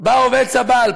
בא עובד סבל,